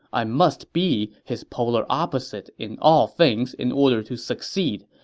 i must be his polar opposite in all things in order to succeed.